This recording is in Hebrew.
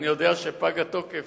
אני יודע שפג התוקף